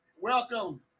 Welcome